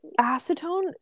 acetone